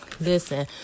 Listen